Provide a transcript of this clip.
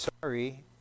sorry